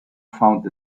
found